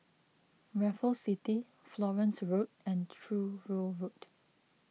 Raffles City Florence Road and Truro Road